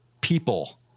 people